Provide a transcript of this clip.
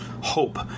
hope